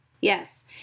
Yes